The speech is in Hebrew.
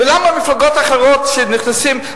ולמה המפלגות האחרות שנכנסות,